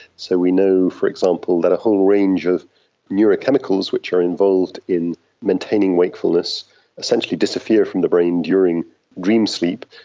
so we know, for example, that a whole range of neurochemicals that are involved in maintaining wakefulness essentially disappear from the brain during dream sleep.